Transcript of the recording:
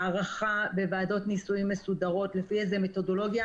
הערכה בוועדות ניסויים מסודרות לפי איזו מתודולוגיה